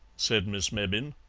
said miss mebbin.